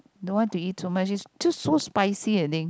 don't want to eat so much is too so spicy I think